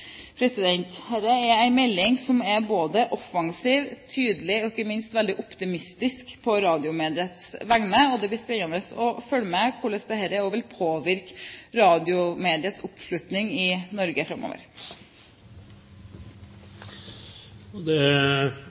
er en melding som både er offensiv, tydelig og ikke minst veldig optimistisk på radiomediets vegne. Det blir spennende å følge med på hvordan dette vil påvirke radiomediets oppslutning i Norge framover.